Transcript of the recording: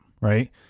right